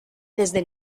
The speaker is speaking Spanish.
desde